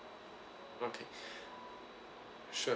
okay sure